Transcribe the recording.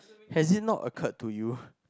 has it not occurred to you